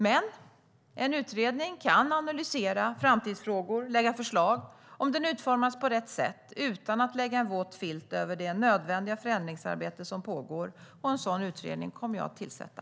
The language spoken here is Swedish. Men en utredning kan analysera framtidsfrågor och lägga fram förslag om den utformas på rätt sätt utan att lägga en våt filt över det nödvändiga förändringsarbete som pågår, och en sådan utredning kommer jag att tillsätta.